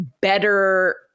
better